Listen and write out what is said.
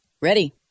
Ready